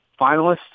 finalists